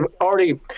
already